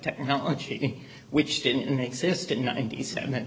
technology which didn't exist in ninety seven